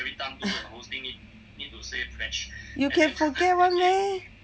you can forget [one] meh